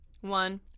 one